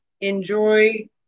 Enjoy